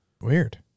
Weird